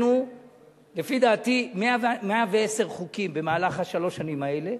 לפי דעתי 110 חוקים במהלך שלוש השנים האלה,